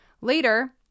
Later